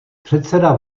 předseda